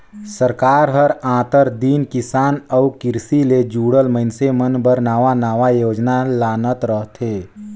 सरकार हर आंतर दिन किसान अउ किरसी ले जुड़ल मइनसे मन बर नावा नावा योजना लानत रहथे